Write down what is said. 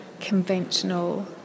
conventional